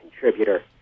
contributor